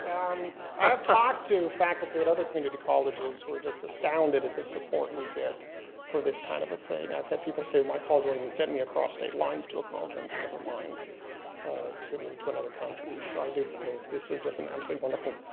um talked to faculty at other community colleges who are just astounded at the support we get for this kind of a thing. i've had people say my college won't even and send me across state lines to a conference, never mind to to another country. so i do think this is just an absolutely wonderful